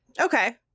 Okay